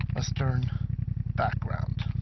western background,